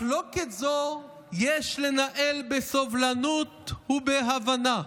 מחלוקת זו יש לנהל בסובלנות ובהבנה.